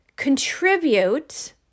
contribute